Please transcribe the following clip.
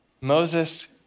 Moses